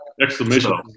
Exclamation